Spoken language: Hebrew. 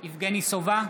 יבגני סובה,